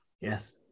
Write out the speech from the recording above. Yes